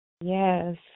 Yes